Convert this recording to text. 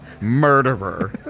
murderer